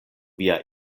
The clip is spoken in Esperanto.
via